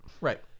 Right